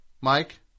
Mike